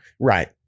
Right